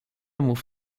mów